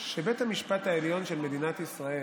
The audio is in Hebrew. שאולי הגיע הזמן שבית המשפט העליון של מדינת ישראל